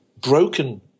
broken